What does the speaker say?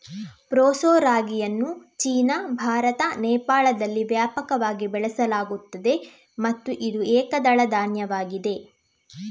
proso ರಾಗಿಯನ್ನು China, Bharat, ನೇಪಾಳದಲ್ಲಿ ವ್ಯಾಪಕವಾಗಿ ಬೆಳೆಸಲಾಗುತ್ತದೆ ಮತ್ತು ಇದು ಏಕದಳ ಧಾನ್ಯವಾಗಿದೆ